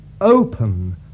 open